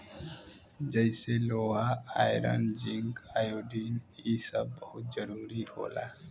जइसे लोहा iron zinc iodine इ सब बहुत जरूरी होला